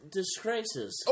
disgraces